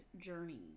journey